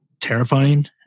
terrifying